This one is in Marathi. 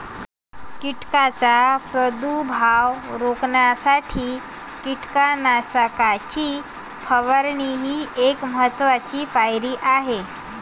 कीटकांचा प्रादुर्भाव रोखण्यासाठी कीटकनाशकांची फवारणी ही एक महत्त्वाची पायरी आहे